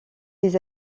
des